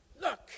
look